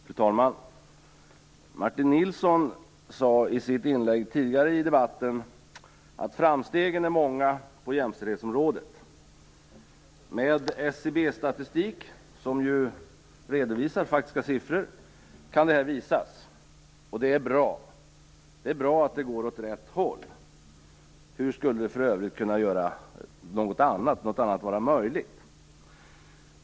Fru talman! Martin Nilsson sade i sitt inlägg tidigare i debatten att framstegen är många på jämställdhetsområdet. Med SCB-statistik, som ju redovisar faktiska siffror, kan det här visas. Och det är bra att det går åt rätt håll. Hur skulle för övrigt något annat vara möjligt?